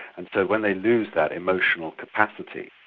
and so when they lose that emotional capacity,